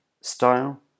style